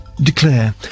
Declare